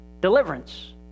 deliverance